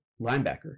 linebacker